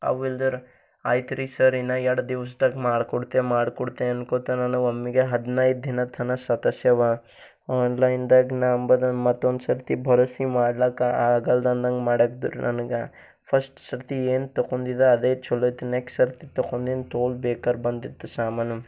ಅವಿಲ್ದಿರ ಆಯ್ತು ರೀ ಸರ್ ಇನ್ನು ಎರಡು ದಿವ್ಸದಾಗ್ ಮಾಡಿಕೊಡ್ತೆ ಮಾಡಿಕೊಡ್ತೆ ಅನ್ಕೋತನ ಒಮ್ಮಿಗೆ ಹದಿನೈದು ದಿನ ತನಕ ಸತಾಸ್ಯವ ಆನ್ಲೈನ್ದಾಗ ನಂಬದನ್ನು ಮತ್ತೊಂದು ಸರ್ತಿ ಬರೊಸಿ ಮಾಡ್ಲಿಕ ಆಗಲ್ದದಂದಂಗೆ ಮಾಡಾಕಿದ್ರು ನನ್ಗೆ ಫಶ್ಟ್ ಸರ್ತಿ ಏನು ತಗೊಂದಿದ ಅದೇ ಛಲೋ ಇತ್ತು ನೆಕ್ಸ್ಟ್ ಸರ್ತಿ ತಗೊಂದಿನ್ ಥೋಲ್ ಬೇಕಾರ್ ಬಂದಿತ್ತು ಸಾಮಾನು